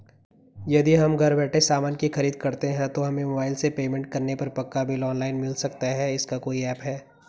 यदि हम घर बैठे सामान की खरीद करते हैं तो हमें मोबाइल से पेमेंट करने पर पक्का बिल ऑनलाइन मिल सकता है इसका कोई ऐप है